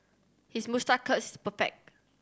his moustache curl is perfect